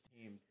team